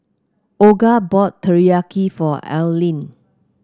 Olga bought Teriyaki for Alline